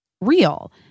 real